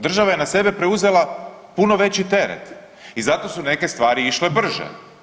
Država je na sebe preuzela puno veći teret i zato su neke stvari išle brže.